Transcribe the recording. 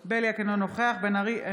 יאלוב, אינה נוכחת קרן ברק, אינה